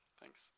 Thanks